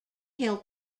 hill